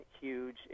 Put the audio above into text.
huge